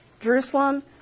Jerusalem